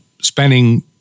spending